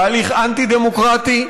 בהליך אנטי-דמוקרטי,